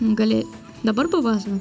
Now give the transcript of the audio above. gali dabar papasakot